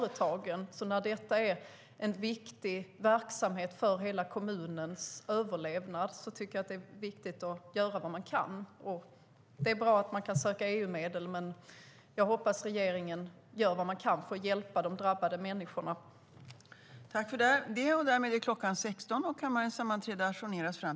Eftersom det är en viktig verksamhet för hela kommunens överlevnad är det viktigt att göra vad vi kan. Det är bra att det går att söka EU-medel, men jag hoppas att regeringen gör vad man kan för att hjälpa de människor som drabbats.